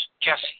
Jesse